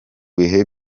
bihe